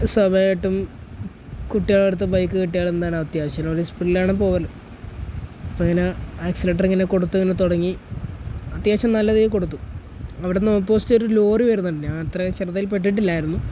സഭയായിട്ടും കുട്ടികളുടെ അടുത്ത് ബൈക്ക് കിട്ടിയാൽ എന്താണ് അത്യാവശ്യം ഒരു സ്പീഡിലാണ് പോവല് അപ്പോൾ ഇങ്ങനെ ആക്സിലേറ്റർ ഇങ്ങനെ കൊടുത്തങ്ങനെ തുടങ്ങി അത്യാവശ്യം നല്ല ഇതിൽ കൊടുത്തു അവിടെ നിന്ന് ഓപ്പോസ്റ്റ് ഒരു ലോറി വരുന്നുണ്ട് ഞാൻ അത്ര ശ്രദ്ധയിൽ പെട്ടിട്ടില്ലായിരുന്നു